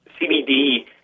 CBD